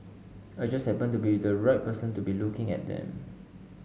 I just happened to be the right person to be looking at them